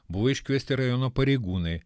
buvo iškviesti rajono pareigūnai